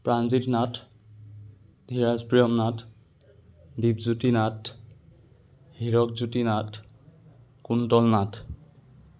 Pranjit Nath Dhiraj Priyam Nath Dipjyoti Nath Hirakjyoti Nath Kuntal Nath